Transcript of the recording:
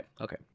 Okay